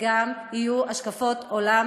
ויהיו גם יותר השקפות עולם,